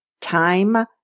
Time